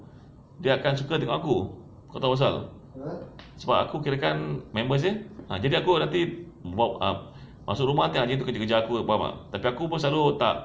dia akan suka tengok aku kau tahu asal sebab aku kirakan members dia ah jadi aku nanti bu~ masuk rumah nanti kejar-kejar aku faham tak tapi aku pun selalu tak